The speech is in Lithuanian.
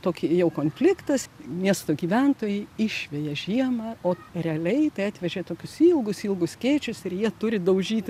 tokį jau konfliktas miesto gyventojai išveja žiemą o realiai tai atvežė tokius ilgus ilgus skėčius ir jie turi daužyti